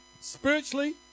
spiritually